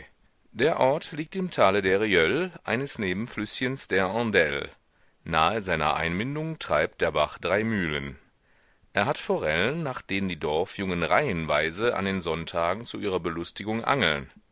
der ort liegt im tale der rieule eines nebenflüßchens der andelle nahe seiner einmündung treibt der bach drei mühlen er hat forellen nach denen die dorfjungen reihenweise an den sonntagen zu ihrer belustigung angeln